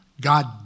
God